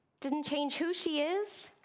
didn't change who she is,